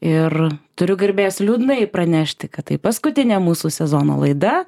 ir turiu garbės liūdnai pranešti kad tai paskutinė mūsų sezono laida